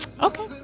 Okay